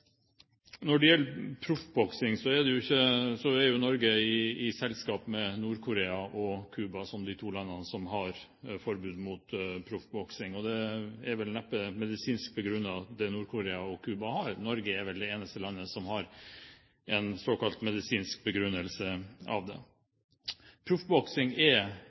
er Norge i selskap med Nord-Korea og Cuba, som er de to landene som har forbud mot proffboksing. Og det er vel neppe medisinsk begrunnet i Nord-Korea og på Cuba. Norge er vel det eneste landet som har en såkalt medisinsk begrunnelse for det. Proffboksing er